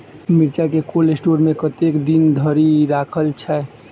मिर्चा केँ cold store मे कतेक दिन धरि राखल छैय?